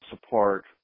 support